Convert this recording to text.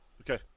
Okay